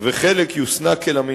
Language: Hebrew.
פניית ישראל לקבל את הסכמת הפלסטינים